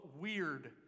weird